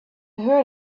heard